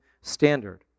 standard